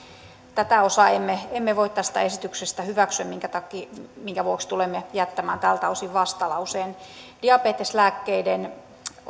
tätä osaa emme emme voi tästä esityksestä hyväksyä minkä vuoksi tulemme jättämään tältä osin vastalauseen diabeteslääkkeiden